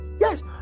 yes